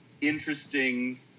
interesting